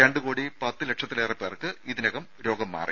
രണ്ട് കോടി പത്ത് ലക്ഷത്തിലേറെ പേർക്ക് ഇതിനകം രോഗം മാറി